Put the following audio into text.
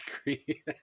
agree